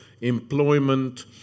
employment